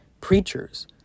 preachers